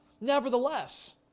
nevertheless